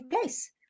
place